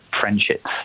friendships